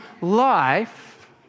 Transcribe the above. life